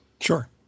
Sure